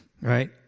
Right